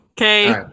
okay